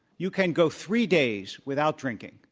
you can go three days without drinking,